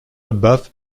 above